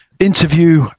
interview